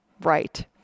right